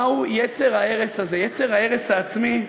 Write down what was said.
מהו יצר ההרס הזה, יצר ההרס העצמי,